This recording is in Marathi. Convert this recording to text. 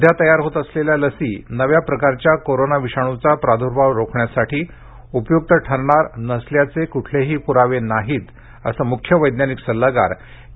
सध्या तयार होत असलेल्या लशी नव्या प्रकारच्या कोरोना विषाणूचा प्रादर्भाव रोखण्यासाठी उपय़क्त ठरणार नसल्याचे क्ठलेही प्रावे नाहीत असं म्ख्य वैज्ञानिक सल्लागार के